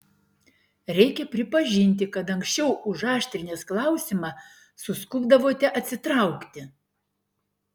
reikia pripažinti kad anksčiau užaštrinęs klausimą suskubdavote atsitraukti